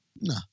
no